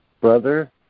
Brother